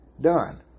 done